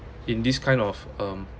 in this kind of um